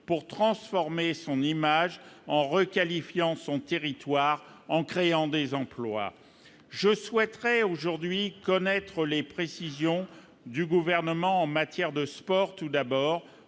pour transformer son image en requalifiant son territoire en créant des emplois, je souhaiterais aujourd'hui connaître les précisions du gouvernement en matière de sport tout d'abord,